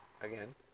again